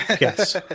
yes